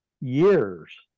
years